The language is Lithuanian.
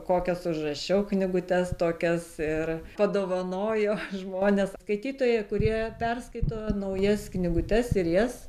kokias užrašiau knygutes tokias ir padovanojo žmonės skaitytojai kurie perskaito naujas knygutes ir jas